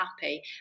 happy